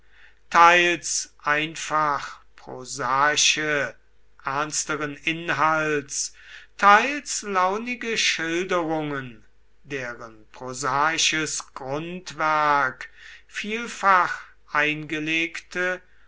teils einfach prosaische ernsteren inhalts teils launige schilderungen deren prosaisches grundwerk vielfach eingelegte